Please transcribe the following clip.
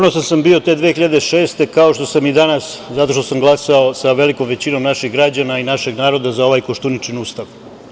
Ponosan sam bio te 2006. godine, kao što sam i danas ponosan, zato što sam glasao sa velikom većinom naših građana i našeg naroda za ovaj Koštuničin Ustav.